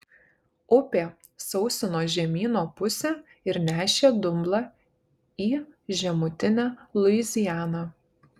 upė sausino žemyno pusę ir nešė dumblą į žemutinę luizianą